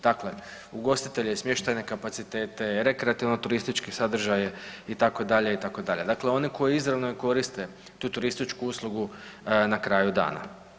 Dakle ugostitelje i smještajne kapacitete, rekreativno-turističke sadržaje itd., dakle oni koji izravno koriste tu turističku uslugu na kraju dana.